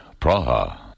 Praha